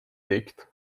liegt